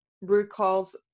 recalls